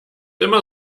immer